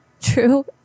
True